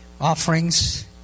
offerings